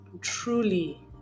truly